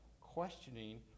questioning